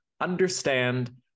understand